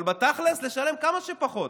אבל בתכלס לשלם כמה שפחות.